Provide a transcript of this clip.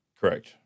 Correct